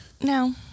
No